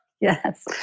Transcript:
Yes